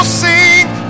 sing